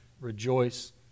rejoice